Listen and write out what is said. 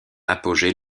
apogée